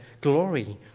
glory